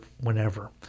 whenever